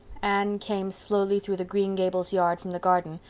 anne came slowly through the green gables yard from the garden,